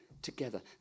Together